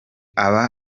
aba